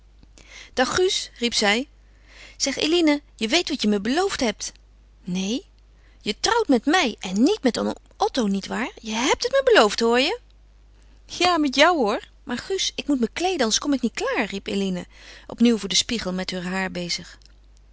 dag gus riep zij zeg eline je weet wat je me beloofd hebt neen je trouwt met mij en niet met oom otto nietwaar je hebt het me beloofd hoor je ja met jou hoor maar gus ik moet me kleeden anders kom ik niet klaar riep eline opnieuw voor den spiegel met heur haar bezig